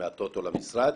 עוד זמן.